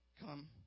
come